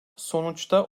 sonuçta